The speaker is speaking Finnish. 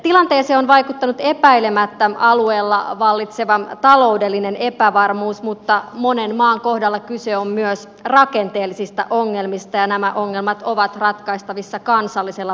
tilanteeseen on vaikuttanut epäilemättä alueella vallitseva taloudellinen epävarmuus mutta monen maan kohdalla kyse on myös rakenteellisista ongelmista ja nämä ongelmat ovat ratkaistavissa kansallisella päätöksenteolla